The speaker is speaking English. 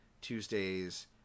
Tuesdays